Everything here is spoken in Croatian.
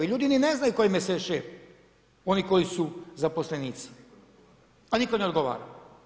Ljudi niti ne znaju tko im je sve šef oni koji su zaposlenici, a nitko ne odgovara.